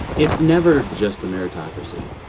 it's never just a meritocracy.